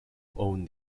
owned